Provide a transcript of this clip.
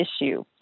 issue